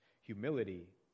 Humility